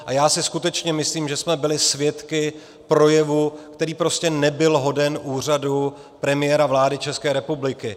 A já si skutečně myslím, že jsme byli svědky projevu, který prostě nebyl hoden úřadu premiéra vlády České republiky.